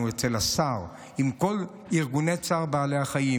אצל השר עם כל ארגוני צער בעלי החיים,